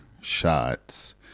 shots